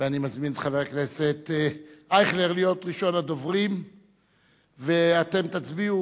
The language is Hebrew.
3 ישראל אייכלר (יהדות התורה): 3 דניאל